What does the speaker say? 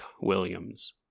Williams